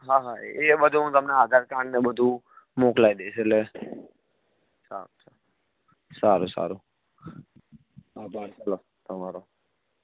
હા હા એ બધું હું તમને આધારકાર્ડને બધું મોકલાવી દઈશ એટલે સારું ચાલો સારું સારું આભાર ચાલો તમારો